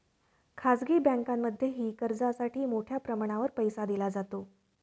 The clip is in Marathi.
खाजगी बँकांमध्येही कर्जासाठी मोठ्या प्रमाणावर पैसा दिला जातो